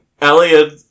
Elliot